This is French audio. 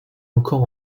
encore